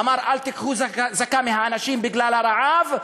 אמר: אל תיקחו זאכּה מהאנשים בגלל הרעב,